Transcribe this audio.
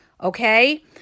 Okay